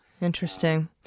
Interesting